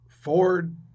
Ford